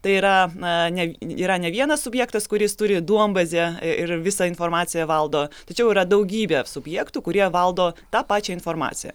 tai yra a ne yra ne vienas subjektas kuris turi duombazę ir visą informaciją valdo tačiau yra daugybė subjektų kurie valdo tą pačią informaciją